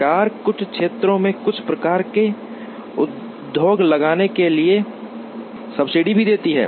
सरकारें कुछ क्षेत्रों में कुछ प्रकार के उद्योग लगाने के लिए सब्सिडी दे सकती हैं